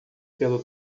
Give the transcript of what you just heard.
pelo